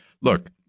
Look